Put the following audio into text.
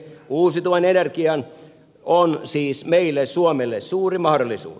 uusiutuva energia on siis meille suomelle suuri mahdollisuus